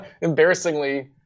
embarrassingly